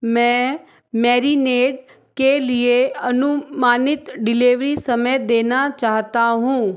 मैं मैरिनेड के लिए अनुमानित डिलीवरी समय देना चाहता हूँ